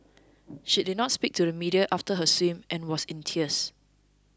she did not speak to the media after her swim and was in tears